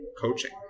coaching